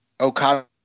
Okada